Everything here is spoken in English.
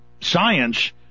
science